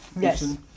Yes